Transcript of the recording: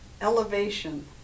elevation